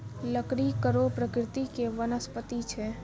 लकड़ी कड़ो प्रकृति के वनस्पति छै